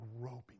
groping